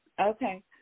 Okay